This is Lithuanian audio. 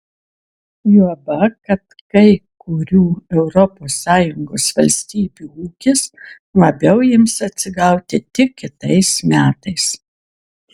juoba kad kai kurių europos sąjungos valstybių ūkis labiau ims atsigauti tik kitais metais